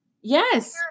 yes